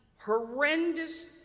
horrendous